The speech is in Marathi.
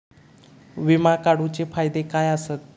विमा काढूचे फायदे काय आसत?